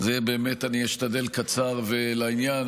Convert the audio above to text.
באמת אני אשתדל שזה יהיה קצר ולעניין.